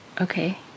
okay